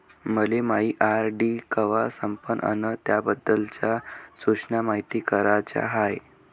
मले मायी आर.डी कवा संपन अन त्याबाबतच्या सूचना मायती कराच्या हाय